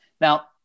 Now